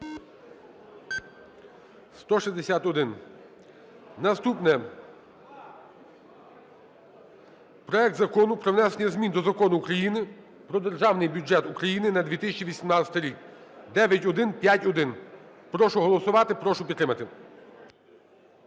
За-162 Наступне. Проект Закону про внесення змін Закону України "Про Державний бюджет України на 2018 рік" (9151). Прошу голосувати, прошу підтримати.